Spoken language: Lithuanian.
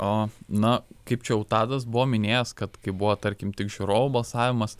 o na kaip čia jau tadas buvo minėjęs kad kai buvo tarkim tik žiūrovų balsavimas